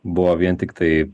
buvo vien tiktai